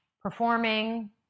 performing